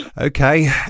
Okay